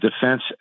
defense